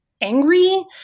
angry